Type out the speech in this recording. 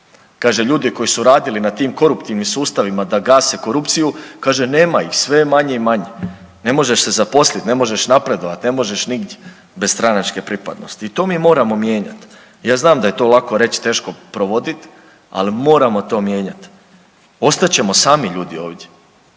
kaže ljudi koji su radili na tim koruptivnim sustavima da gase korupciju kaže nema ih, sve je manje i manje, ne možeš se zaposliti, ne možeš napredovati, ne možeš nigdje bez stranačke pripadnosti. I to mi moramo mijenjati. Ja znam a je to lako reći, teško provodit, ali moramo to mijenjati. Ostat ćemo sami ljudi ovdje.